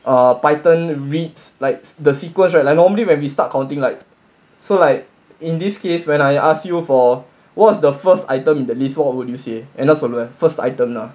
python reads likes the sequence right like normally when we start counting like so like in this case when I ask you for what's the first item in the list what would you say என்ன சொல்வ:enna solva first item lah